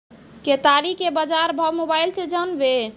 केताड़ी के बाजार भाव मोबाइल से जानवे?